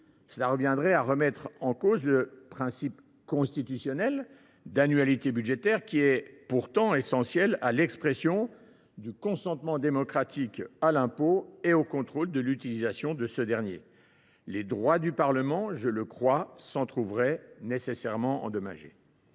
Cela reviendrait à remettre en cause le principe constitutionnel d’annualité budgétaire, pourtant essentiel à l’expression du consentement démocratique à l’impôt et au contrôle de l’utilisation de ce dernier. Les droits du Parlement s’en trouveraient nécessairement endommagés.